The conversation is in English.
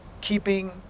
keeping